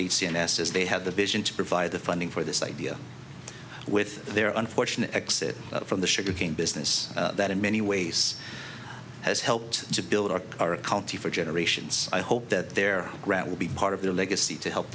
cns as they had the vision to provide the funding for this idea with their unfortunate exit from the sugar cane business that in many ways has helped to build up our county for generations i hope that there will be part of their legacy to help